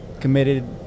committed